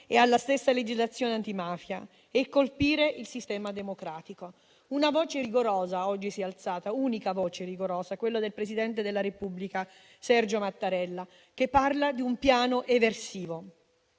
e la stessa legislazione antimafia e colpire il sistema democratico. Oggi si è alzata un'unica voce rigorosa, quella del presidente della Repubblica, Sergio Mattarella, che parla di un piano eversivo.